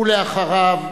אחריו,